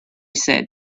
said